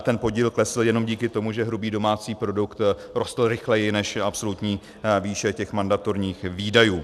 Ten podíl klesl jenom díky tomu, že hrubý domácí produkt rostl rychleji než absolutní výše mandatorních výdajů.